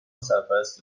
سرپرست